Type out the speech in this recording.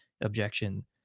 objection